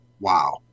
wow